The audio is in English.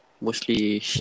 Mostly